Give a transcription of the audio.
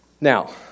Now